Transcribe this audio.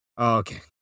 okay